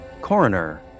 Coroner